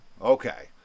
Okay